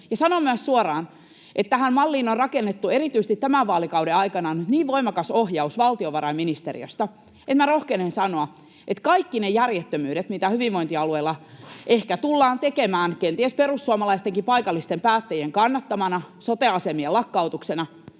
sanon myös suoraan, että tähän malliin on rakennettu erityisesti tämän vaalikauden aikana niin voimakas ohjaus valtiovarainministeriöstä, että minä rohkenen sanoa, että kaikki ne järjettömyydet, mitä hyvinvointialueilla ehkä tullaan tekemään, kenties perussuomalaistenkin paikallisten päättäjien kannattamana sote-asemien lakkautuksena,